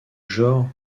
genre